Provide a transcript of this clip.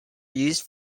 used